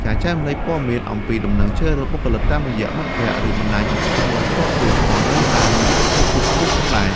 ការចែករំលែកព័ត៌មានអំពីដំណឹងជ្រើសរើសបុគ្គលិកតាមរយៈមិត្តភ័ក្តិ ឬបណ្តាញទំនាក់ទំនងផ្ទាល់ខ្លួនក៏នៅតែមានប្រសិទ្ធភាពខ្ពស់ផងដែរ។